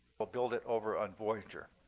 they'll build it over on voyager.